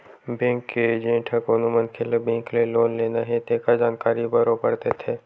bank के agent ह कोनो मनखे ल बेंक ले लोन लेना हे तेखर जानकारी बरोबर देथे